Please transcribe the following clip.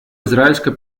израильско